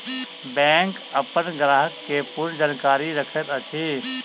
bank अपन ग्राहक के पूर्ण जानकारी रखैत अछि